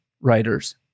writers